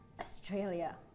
Australia